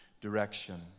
direction